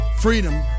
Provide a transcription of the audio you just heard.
freedom